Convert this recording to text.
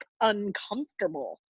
uncomfortable